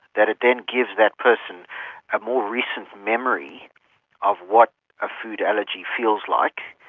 that it then gives that person a more recent memory of what a food allergy feels like,